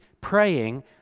praying